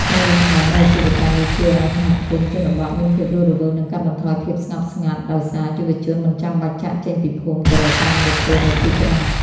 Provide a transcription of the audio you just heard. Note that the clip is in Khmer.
ការរីកចម្រើននៃអាជីវកម្មនេះជួយឱ្យ "សហគមន៍ជនបទមានភាពរស់រវើក" និងកាត់បន្ថយភាពស្ងប់ស្ងាត់ដោយសារយុវជនមិនចាំបាច់ចាកចេញពីភូមិទៅរកការងារធ្វើនៅទីក្រុង។